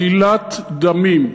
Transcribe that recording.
עלילת דמים.